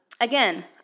Again